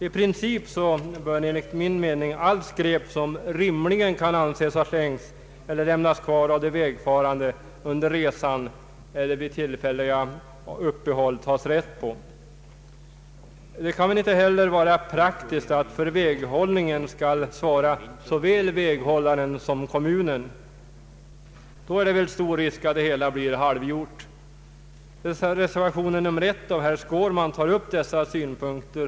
I princip bör man ta rätt på allt skräp som rimligen kan anses ha slängts eller lämnats kvar av de vägfarande under resan eller vid tillfälliga uppehåll. Det kan väl inte heller vara praktiskt att såväl väghållaren som kommunen skall svara för vägrenhållningen. Då är det stor risk att det hela blir halvgjort. Reservationen I av herr Skårman tar upp dessa synpunkter.